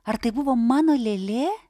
ar tai buvo mano lėlė